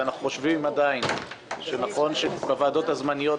חושבים עדיין שנכון שבוועדות הזמניות,